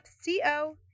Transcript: C-O